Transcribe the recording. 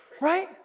right